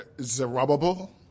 Zerubbabel